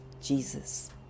Jesus